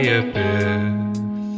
abyss